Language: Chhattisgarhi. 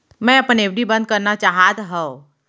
मै अपन एफ.डी बंद करना चाहात हव